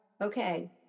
Okay